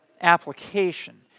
application